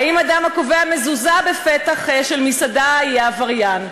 האם אדם הקובע מזוזה בפתח של מסעדה יהיה עבריין?